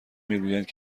میگویند